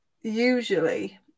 usually